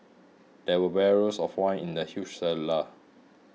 there were barrels of wine in the huge cellar